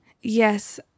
yes